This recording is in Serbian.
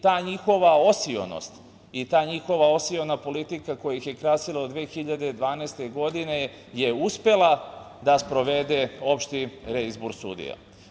Ta njihova osionost i ta njihova osiona politika koja ih je krasila do 2012. godine je uspela da sprovede opšti reizbor sudija.